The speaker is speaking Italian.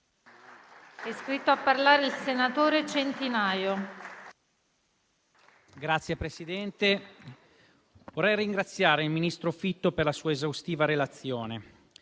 È iscritto a parlare il senatore De Poli.